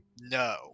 No